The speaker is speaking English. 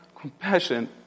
compassion